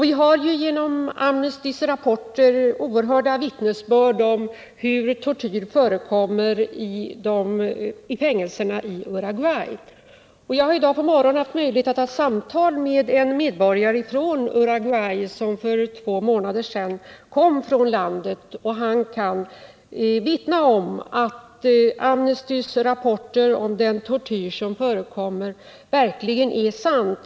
Vi har genom Amnestys rapporter oerhörda vittnesbörd om hur tortyr förekommer i fängelserna i Uruguay. Jag hade i dag på morgonen ett samtal med en medborgare från Uruguay, som för två månader sedan kom från landet, och han kan vittna om att Amnestys rapporter om tortyr verkligen är sanna.